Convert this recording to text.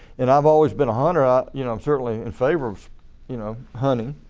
and i've always been a hunter ah you know i'm certainly in favor of you know hunting